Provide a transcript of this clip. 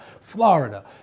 Florida